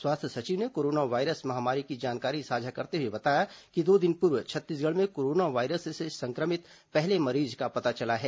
स्वास्थ्य सचिव ने कोरोना वायरस महामारी की जानकारी साझा करते हुए बताया कि दो दिन पूर्व छत्तीसगढ़ में कोरोना वायरस से संक्रमित पहले मरीज का पता चला है